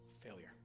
failure